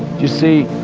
you see,